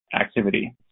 activity